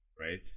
Right